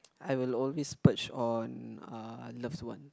I will always splurge on uh loves one